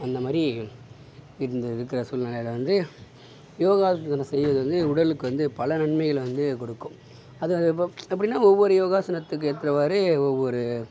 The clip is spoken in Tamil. அந்தமாதிரி இந்த இருக்கிற சூழ்நிலையில் வந்து யோகாசனம் செய்கிறது வந்து உடலுக்கு வந்து பல நன்மைகளை வந்து கொடுக்கும் அது எப்படினா ஒவ்வொரு யோகாசனத்துக்கு ஏற்றவாறு ஒவ்வொரு